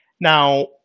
Now